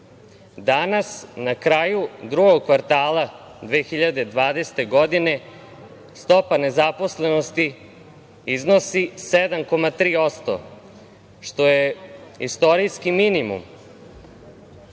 danas na kraju drugog kvartala 2020. godine stopa nezaposlenosti iznosi 7,3%, što je istorijski minimum. Dame